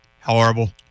Horrible